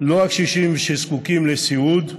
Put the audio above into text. לא את הקשישים שזקוקים לסיעוד,